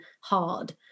hard